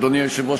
אדוני היושב-ראש,